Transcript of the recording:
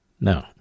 No